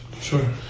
Sure